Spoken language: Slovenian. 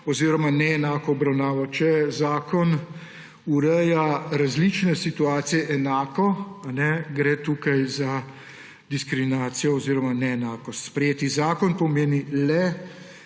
oziroma neenako obravnavo. Če zakon ureja različne situacije enako, gre tukaj za diskriminacijo oziroma neenakost. Sprejeti zakon pomeni le